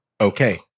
Okay